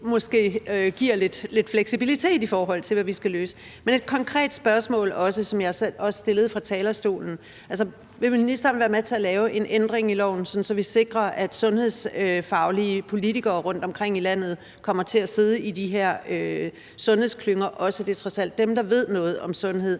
måske giver lidt fleksibilitet, i forhold til hvad vi skal løse. Men jeg har et konkret spørgsmål, som jeg også stillede fra talerstolen: Vil ministeren være med til at lave en ændring i loven, sådan at vi sikrer, at sundhedsfaglige politikere rundtomkring i landet også kommer til at sidde i de her sundhedsklynger, da det trods alt er dem, der ved noget om sundhed?